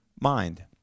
mind